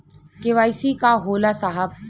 KYC का होला साहब?